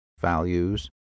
values